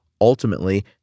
Ultimately